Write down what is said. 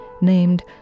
named